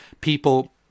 people